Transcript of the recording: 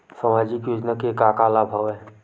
सामाजिक योजना के का का लाभ हवय?